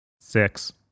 Six